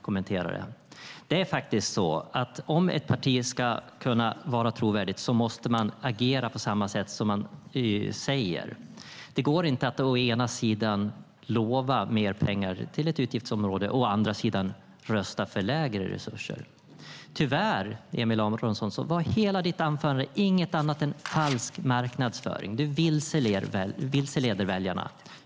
Om ett parti ska kunna vara trovärdigt måste man agera i enlighet med det man säger. Det går inte att å ena sidan lova mer pengar till ett utgiftsområde och å andra sidan rösta för lägre resurser. Tyvärr, Aron Emilsson, var hela ditt anförande inget annat än falsk marknadsföring. Du vilseleder väljarna.